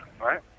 right